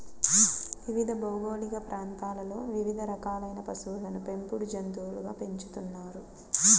వివిధ భౌగోళిక ప్రాంతాలలో వివిధ రకాలైన పశువులను పెంపుడు జంతువులుగా పెంచుతున్నారు